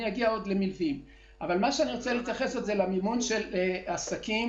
אני רוצה להתייחס למימון של עסקים